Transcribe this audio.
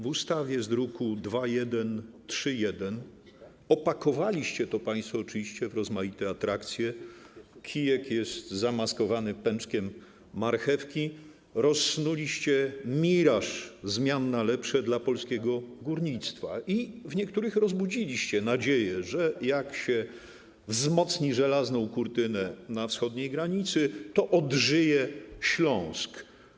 W ustawie z druku nr 2131 opakowaliście to państwo oczywiście w rozmaite atrakcje, kijek jest zamaskowany pęczkiem marchewki, rozsnuliście miraż zmian na lepsze dla polskiego górnictwa i w niektórych rozbudziliście nadzieję, że jak się wzmocni żelazną kurtynę na wschodniej granicy, to odżyje Śląsk.